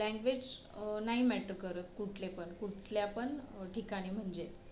language नाही matter करत कुठले पण कुठल्या पण ठिकाणी म्हणजे